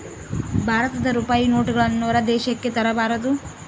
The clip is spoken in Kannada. ಭಾರತದ ರೂಪಾಯಿ ನೋಟುಗಳನ್ನು ಹೊರ ದೇಶಕ್ಕೆ ತರಬಾರದು